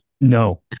No